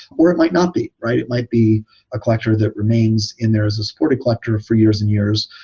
or it might not be, right? it might be a collector that remains in there as a supported collector for years and years.